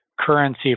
currency